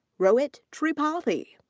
rohit tripathy.